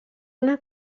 una